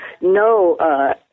No